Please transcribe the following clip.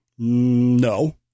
No